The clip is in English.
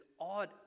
odd